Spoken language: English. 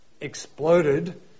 exploded